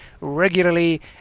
regularly